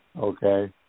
Okay